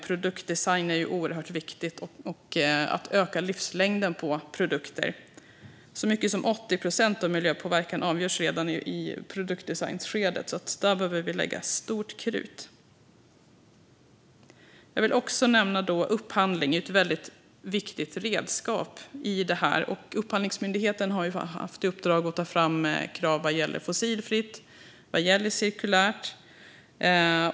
Produktdesign och att öka livslängden på produkter är oerhört viktigt. Så mycket som 80 procent av miljöpåverkan avgörs redan i produktdesignskedet, så där behöver vi lägga mycket krut. Jag vill också nämna upphandling. Det är ett väldigt viktigt redskap i det här. Upphandlingsmyndigheten har haft i uppdrag att ta fram krav vad gäller fossilfritt och cirkulärt.